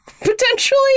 potentially